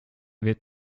wird